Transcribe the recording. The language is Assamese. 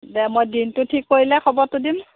দে মই দিনটো ঠিক কৰিলে খবৰটো দিম